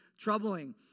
troubling